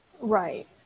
Right